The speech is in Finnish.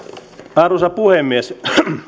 arvoisa puhemies